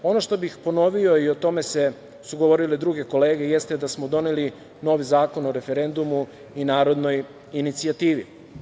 Ono što bih ponovio, a o tome su govorile i druge kolege, jeste da smo doneli novi Zakon o referendumu i narodnoj inicijativi.